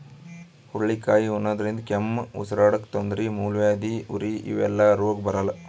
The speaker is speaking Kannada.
ಹುರಳಿಕಾಯಿ ಉಣಾದ್ರಿನ್ದ ಕೆಮ್ಮ್, ಉಸರಾಡಕ್ಕ್ ತೊಂದ್ರಿ, ಮೂಲವ್ಯಾಧಿ, ಉರಿ ಇವೆಲ್ಲ ರೋಗ್ ಬರಲ್ಲಾ